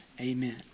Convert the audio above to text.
Amen